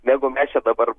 negu mes čia dabar